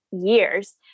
years